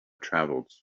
travels